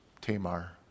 Tamar